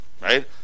Right